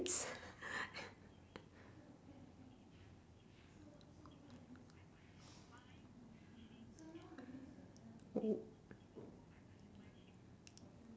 ~s